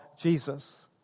Jesus